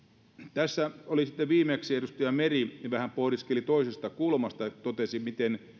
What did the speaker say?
tässä oli sitten viimeksi edustaja meri joka pohdiskeli vähän toisesta kulmasta ja totesi miten